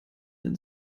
den